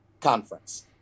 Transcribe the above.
conference